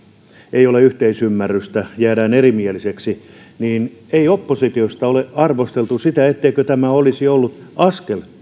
ei ole yhteisymmärrystä jäädään erimieliseksi niin ei oppositiosta ole arvosteltu sitä etteikö tämä olisi ollut askel